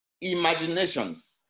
imaginations